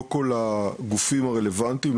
לא כל הגופים הרלוונטיים,